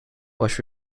was